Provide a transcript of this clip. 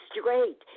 straight